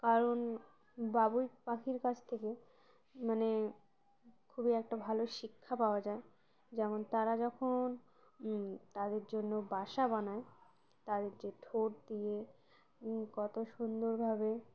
কারণ বাবুই পাখির কাছ থেকে মানে খুবই একটা ভালো শিক্ষা পাওয়া যায় যেমন তারা যখন তাদের জন্য বাসা বানায় তাদের যে ঠোঁট দিয়ে কত সুন্দরভাবে